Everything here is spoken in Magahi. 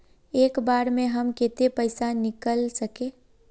एक बार में हम केते पैसा निकल सके?